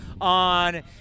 on